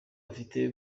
afite